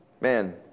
Man